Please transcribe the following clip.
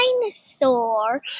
dinosaur